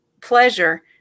pleasure